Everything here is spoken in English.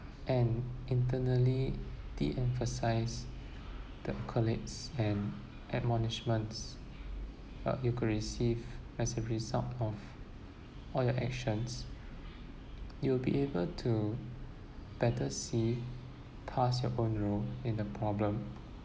and internally de-emphasise the collates and admonishments uh you could receive as a result of all your actions you'll be able to better see past your own role in the problem